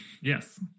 Yes